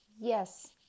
Yes